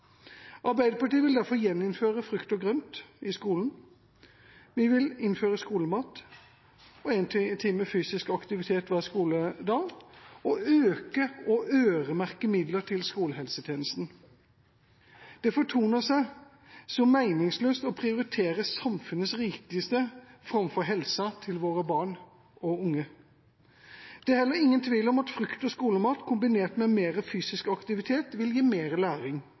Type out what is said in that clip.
Arbeiderpartiet vil derfor gjeninnføre frukt og grønt i skolen. Vi vil innføre skolemat og en time fysisk aktivitet hver skoledag, og vi vil øke og øremerke midler til skolehelsetjenesten. Det fortoner seg så meningsløst å prioritere samfunnets rikeste framfor helsa til våre barn og unge. Det er heller ingen tvil om at frukt og skolemat, kombinert med mer fysisk aktivitet, vil gi mer læring.